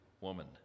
Woman